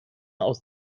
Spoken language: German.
aus